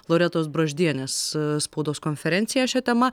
loretos braždienės spaudos konferencija šia tema